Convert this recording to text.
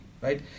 right